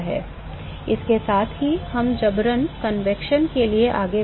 इसके साथ ही हम जबरन संवहन के लिए आगे बढ़े